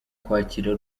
kwakira